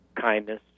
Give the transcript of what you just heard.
Kindness